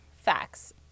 facts